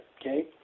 okay